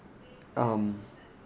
um